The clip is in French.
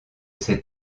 ces